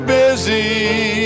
busy